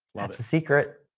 that's a secret.